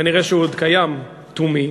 כנראה הוא עוד קיים, תומי,